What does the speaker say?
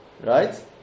right